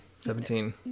Seventeen